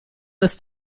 ist